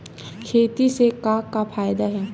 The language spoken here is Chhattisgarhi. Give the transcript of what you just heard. खेती से का का फ़ायदा हे?